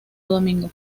domingo